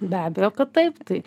be abejo kad taip tai